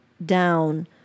Down